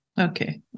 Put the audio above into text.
Okay